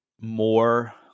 more